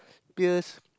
peers